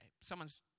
someone's